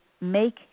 make